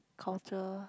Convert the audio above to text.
culture